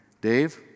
Dave